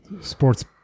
sports